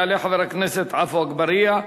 יעלה חבר הכנסת עפו אגבאריה,